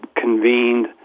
convened